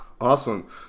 Awesome